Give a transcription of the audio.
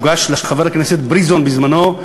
והוגש לחבר הכנסת בריזון בזמנו,